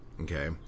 okay